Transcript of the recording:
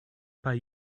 pas